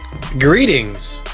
Greetings